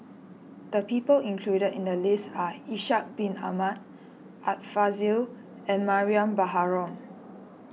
the people included in the list are Ishak Bin Ahmad Art Fazil and Mariam Baharom